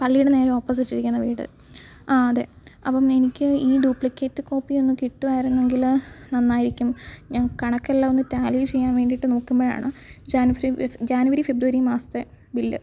പള്ളിയുടെ നേരെ ഓപ്പോസിറ്റ് ഇരിക്കുന്ന വീട് ആ അതെ അപ്പം എനിക്ക് ഈ ഡ്യൂപ്ലിക്കേറ്റ് കോപ്പി ഒന്നു കിട്ടുമായിരുന്നെങ്കിൽ നന്നായിരിക്കും ഞാൻ കണക്കെല്ലാം ഒന്നു ടാലി ചെയ്യാൻ വേണ്ടിയിട്ട് നോക്കുമ്പോഴാണ് ജാൻ ഫെബ് ജനുവരി ഫെബ്രുവരി മാസത്തെ ബില്ല്